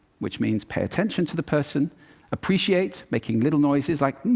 which means pay attention to the person appreciate, making little noises like